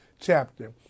chapter